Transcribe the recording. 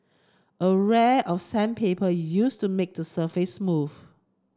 a of sandpaper used to make the surface smooth